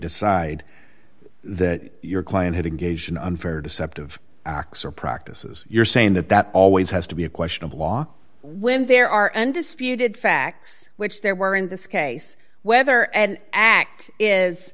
decide that your client had engaged in unfair deceptive acts or practices you're saying that that always has to be a question of law when there are undisputed facts which there were in this case whether an act is